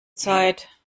zeit